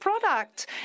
product